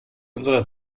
unsere